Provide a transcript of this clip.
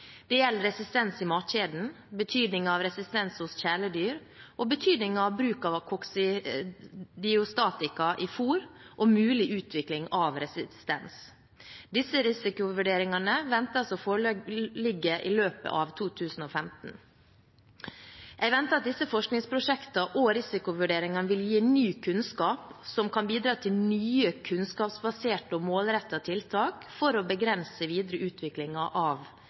Det gjelder resistens i matkjeden, betydningen av resistens hos kjæledyr og betydningen av bruk av koksidiostatika i fôr og mulig utvikling av resistens. Disse risikovurderingene ventes å foreligge i løpet av 2015. Jeg venter at disse forskningsprosjektene og risikovurderingene vil gi ny kunnskap som kan bidra til nye kunnskapsbaserte og målrettede tiltak for å begrense videre utvikling av